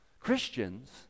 Christians